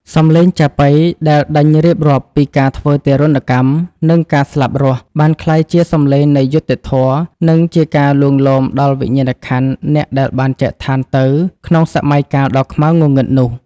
សម្លេងចាប៉ីដែលដេញរៀបរាប់ពីការធ្វើទារុណកម្ម និងការស្លាប់រស់ បានក្លាយជាសម្លេងនៃយុត្តិធម៌ និងជាការលួងលោមដល់វិញ្ញាណក្ខន្ធអ្នកដែលបានចែកឋានទៅក្នុងសម័យកាលដ៏ខ្មៅងងឹតនោះ។